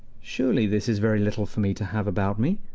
surely this is very little for me to have about me!